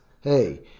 hey –